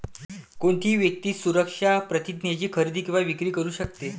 कोणतीही व्यक्ती सुरक्षा प्रतिज्ञेची खरेदी किंवा विक्री करू शकते